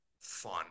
fun